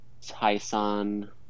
Tyson